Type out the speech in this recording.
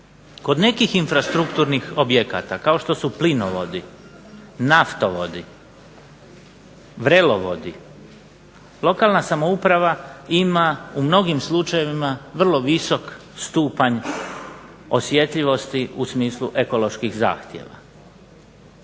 kod nekih infrastrukturnih objekata kao što su plinovodi, naftovodi, vrelovodi, lokalna samouprava ima u mnogim slučajevima vrlo visok stupanj osjetljivosti u smislu ekoloških zahtjeva.